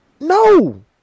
no